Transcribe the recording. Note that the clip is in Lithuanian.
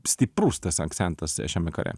stiprus tas akcentas šiame kare